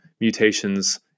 mutations